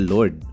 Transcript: Lord